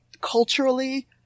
culturally